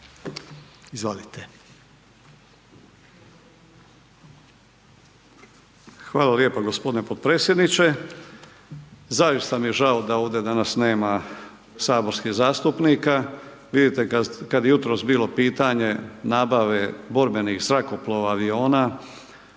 Hrvatsku)** Hvala lijepa gospodine podpredsjedniče, zaista mi je žao da ovdje danas nema saborskih zastupnika, vidite kad je jutros bilo pitanja nabavke borbenih zrakoplova, aviona